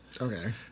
okay